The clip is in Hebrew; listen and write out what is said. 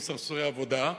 או סרסורי עבודה,